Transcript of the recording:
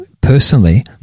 personally